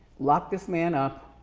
lock this man up,